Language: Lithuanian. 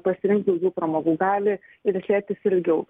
pasirinkt daugiau pramogų gali ir ilsėtis ilgiau